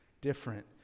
different